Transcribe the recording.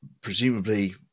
presumably